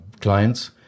clients